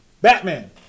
Batman